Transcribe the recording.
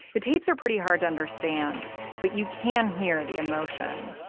the tapes are pretty hard to understand but you can hear the emotion.